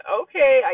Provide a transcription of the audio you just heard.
okay